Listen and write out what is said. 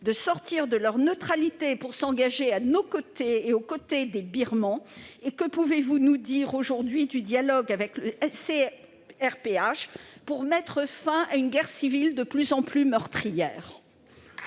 de sortir de leur neutralité pour s'engager à nos côtés et aux côtés des Birmans ? Et que pouvez-vous nous dire du dialogue avec le CRPH pour mettre fin à une guerre civile de plus en plus meurtrière ?